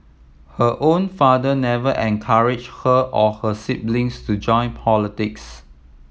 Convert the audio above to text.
her own father never encouraged her or her siblings to join politics